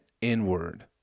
inward